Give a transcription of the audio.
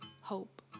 hope